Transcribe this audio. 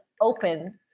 open